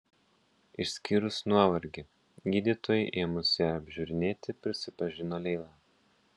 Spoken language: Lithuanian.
išskyrus nuovargį gydytojui ėmus ją apžiūrinėti prisipažino leila